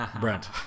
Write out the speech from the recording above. Brent